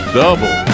double